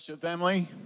family